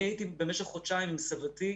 אני הייתי במשך חודשיים עם סבתי.